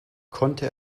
konnte